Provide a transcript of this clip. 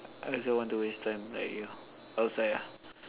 I also want to waste time like you outside ah